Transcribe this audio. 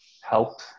help